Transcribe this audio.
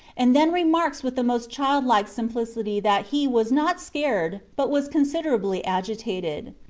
and then remarks with the most childlike simplicity that he was not scared, but was considerably agitated.